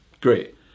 Great